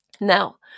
Now